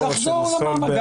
לחזור למאמר.